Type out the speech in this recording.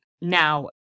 Now